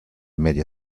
media